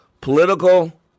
political